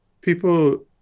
people